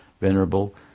venerable